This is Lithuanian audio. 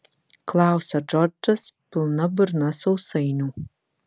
klausia džordžas pilna burna sausainių